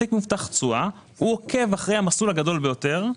אפיק מובטח תשואה עוקב אחרי המסלול הגדול ביותר,